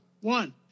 one